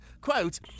Quote